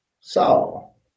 Saul